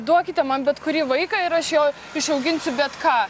duokite man bet kurį vaiką ir aš jo išauginsiu bet ką